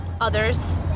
others